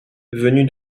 venu